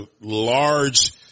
large